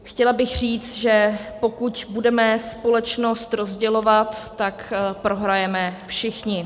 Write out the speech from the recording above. Chtěla bych říct, že pokud budeme společnost rozdělovat, tak prohrajeme všichni.